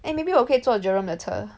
eh maybe 我可以坐 Jerome 的车